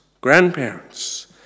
grandparents